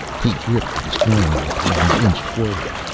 he gripped the destroying rod and inched forward.